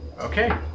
Okay